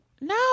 No